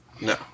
No